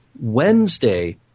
Wednesday